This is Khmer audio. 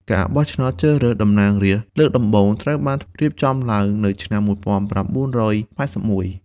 ការបោះឆ្នោតជ្រើសរើសតំណាងរាស្ត្រលើកដំបូងត្រូវបានរៀបចំឡើងនៅឆ្នាំ ១៩៨១។